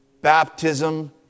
baptism